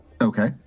okay